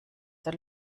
der